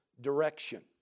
direction